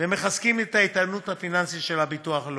ומחזקים את האיתנות הפיננסית של הביטוח הלאומי.